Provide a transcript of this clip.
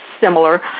similar